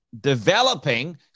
Developing